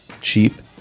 cheap